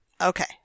Okay